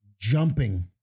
jumping